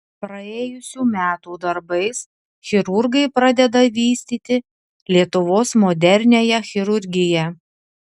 praėjusių metų darbais chirurgai pradeda vystyti lietuvos moderniąją chirurgiją